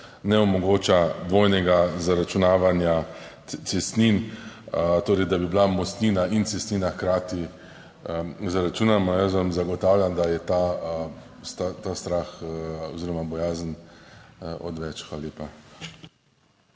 ne omogoča dvojnega zaračunavanja cestnin, torej da bi bila mostnina in cestnina hkrati zaračunamo, jaz vam zagotavljam, da je ta strah oziroma bojazen odveč. Hvala lepa.